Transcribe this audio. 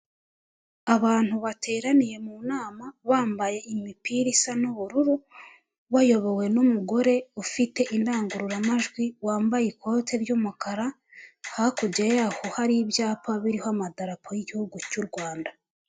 Abantu bateraniye mu nama bambaye imipira isa n'ubururu, bayobowe n'umugore ufite indangururamajwi wambaye ikote ry'umukara, hakurya yaho hari ibyapa biriho amadarapo y'igihugu cy'u Rwanda.